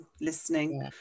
listening